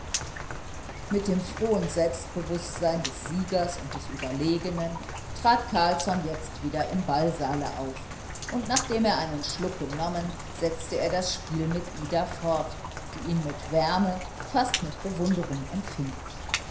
mit dem frohen selbstbewußtsein des siegers und des überlegenen trat carlsson jetzt wieder im ballsaale auf und nachdem er einen schluck genommen setzte er das spiel mit ida fort die ihn mit wärme fast mit bewunderung empfing